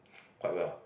quite well